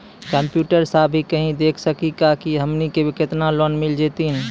Computer सा भी कही देख सकी का की हमनी के केतना लोन मिल जैतिन?